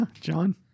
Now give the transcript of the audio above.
john